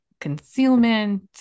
concealment